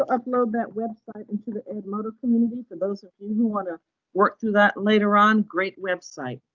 upload that website into the edmodo community for those of you who wanna work through that later on. great website.